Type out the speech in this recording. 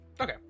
okay